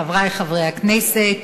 חברי חברי הכנסת,